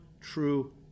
true